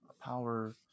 power